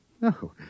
No